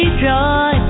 joy